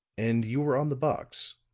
and you were on the box?